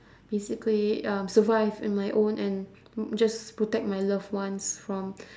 basically um survive on my own and just protect my loved ones from